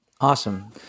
Awesome